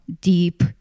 deep